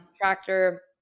tractor